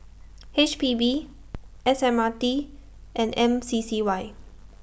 H P B S M R T and M C C Y